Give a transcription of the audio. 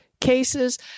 cases